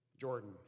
Jordan